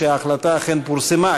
שההחלטה אכן פורסמה,